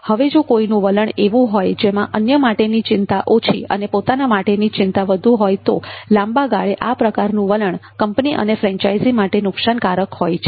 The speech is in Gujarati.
હવે જો કોઈનું વલણ એવું હોય જેમાં અન્ય માટેની ચિંતા ઓછી અને પોતાના માટેની ચિંતા વધુ હોય તો લાંબા ગાળે આ પ્રકારનું વલણ કંપની અને ફ્રેન્ચાઇઝી માટે નુકસાનકારક હોય છે